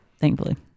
thankfully